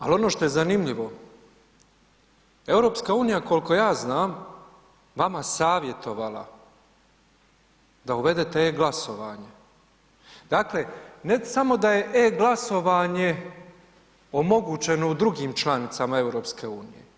Ali, ono što je zanimljivo, EU koliko ja znam, vama savjetovala da uvedete e-Glasovanje, dakle ne samo da je e-Glasovanje omogućeno u drugim članicama EU.